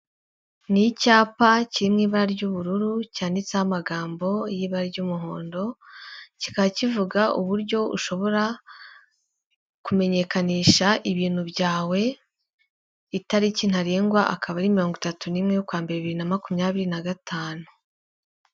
Ni icyapa kirimo ibara ry'ubururu cyanditseho amagambo y'ibara ry'umuhondo, kikaba kivuga uburyo ushobora kumenyekanisha ibintu byawe, itariki ntarengwa akaba mirongo itatu nimwe y'ukwa mbere, bibiri na makumyabiri na gatanu.